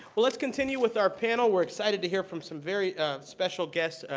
but let's continue with our panel. we're excited to hear from some very special guests,